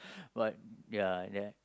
but ya ya